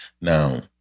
Now